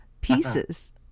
pieces